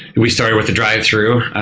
we started with the drive-through.